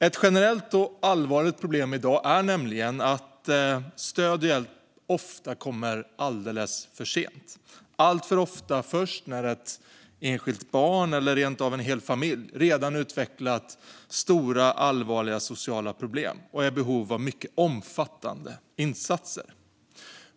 Ett generellt och allvarligt problem i dag är nämligen att stöd och hjälp ofta kommer alldeles för sent. Det kommer alltför ofta först när ett enskilt barn eller rent av en hel familj redan har utvecklat stora, allvarliga sociala problem och är i behov av mycket omfattande insatser.